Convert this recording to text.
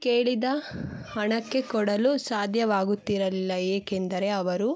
ಕೇಳಿದ ಹಣಕ್ಕೆ ಕೊಡಲು ಸಾಧ್ಯವಾಗುತ್ತಿರಲಿಲ್ಲ ಏಕೆಂದರೆ ಅವರು